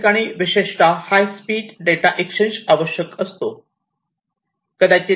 ज्या ठिकाणी विशेषतः हाय स्पीड डेटा एक्सचेंज आवश्यक असतो